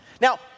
Now